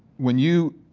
when you,